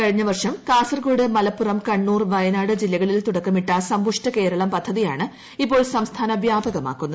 കഴിഞ്ഞ വർഷം കാസർഗ്ഗോൾഡ് മലപ്പുറം കണ്ണൂർ വയനാട് ജില്ലകളിൽ തുടക്കമിട്ട സമ്പുഷ്ട ക്ടേരളം പദ്ധതിയാണ് ഇപ്പോൾ സംസ്ഥാന വ്യാപകമാക്കുന്നത്